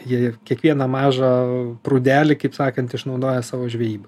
jie kiekvieną mažą prūdelį kaip sakant išnaudoja savo žvejybai